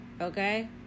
okay